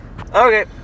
Okay